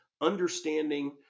understanding